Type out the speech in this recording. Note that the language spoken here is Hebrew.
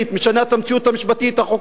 משנה את המציאות המשפטית החוקית,